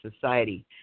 society